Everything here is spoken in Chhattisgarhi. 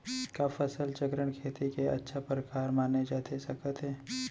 का फसल चक्रण, खेती के अच्छा प्रकार माने जाथे सकत हे?